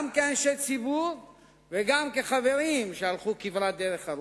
גם כאנשי ציבור וגם כחברים שהלכו כברת דרך ארוכה.